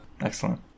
excellent